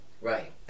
Right